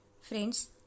Friends